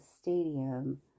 stadium